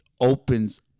opens